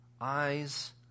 eyes